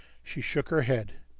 she shook her head.